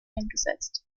eingesetzt